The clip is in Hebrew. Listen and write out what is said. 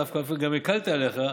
דווקא הקלתי עליך,